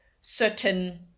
certain